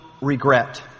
regret